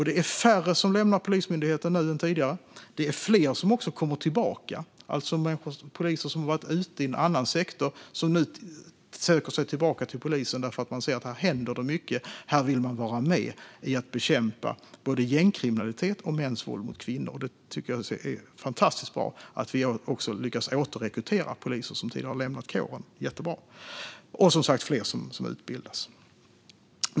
Det är färre som lämnar Polismyndigheten än tidigare, och det är fler som kommer tillbaka, det vill säga poliser som har varit ute i annan sektor som nu söker sig tillbaka till polisen därför att de ser att det händer mycket och de vill vara med och bekämpa gängkriminalitet och mäns våld mot kvinnor. Det är fantastiskt bra att vi även lyckats återrekrytera poliser som tidigare har lämnat kåren. Det är jättebra! Och, som sagt, fler utbildas.